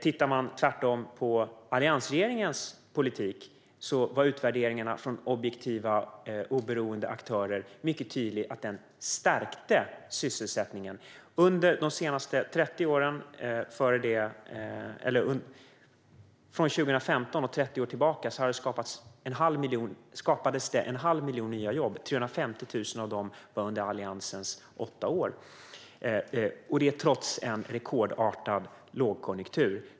När det gäller alliansregeringens politik, däremot, var utvärderingarna från objektiva, oberoende aktörer mycket tydliga: Den stärkte sysselsättningen. Under de 30 åren fram till 2015 skapades det en halv miljon nya jobb - 350 000 av dem under Alliansens åtta regeringsår - och detta trots en rekordartad lågkonjunktur.